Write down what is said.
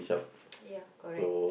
ya correct